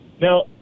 Now